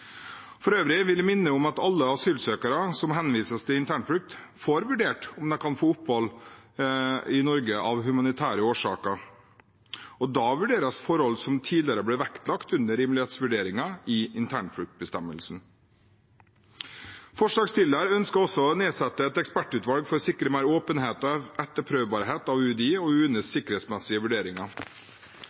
For øvrig vil jeg minne om at alle asylsøkere som henvises til internflukt, får vurdert om de kan få opphold i Norge av humanitære årsaker. Da vurderes forhold som tidligere ble vektlagt under rimelighetsvurderinger i internfluktbestemmelsen. Forslagsstillerne ønsker også å nedsette et ekspertutvalg for å sikre mer åpenhet og etterprøvbarhet av UDIs og UNEs sikkerhetsmessige vurderinger.